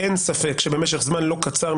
אין ספק שבמשך זמן לא קצר,